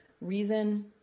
reason